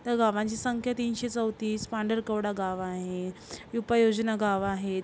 त्या गावांची संख्या तीनशे चौतीस पांढरकवडा गाव आहे उपाययोजना गाव आहेत